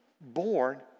born